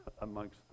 amongst